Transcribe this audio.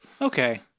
Okay